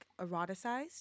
eroticized